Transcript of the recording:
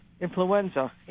influenza